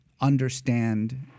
understand